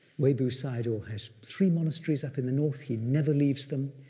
webu sayadaw has three monasteries up in the north. he never leaves them.